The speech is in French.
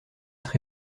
être